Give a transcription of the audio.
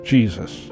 Jesus